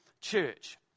church